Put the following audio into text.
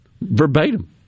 verbatim